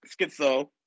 schizo